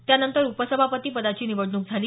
त्यानंतर उपसभापती पदाची निवडणूक झाली